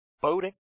Boating